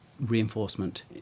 reinforcement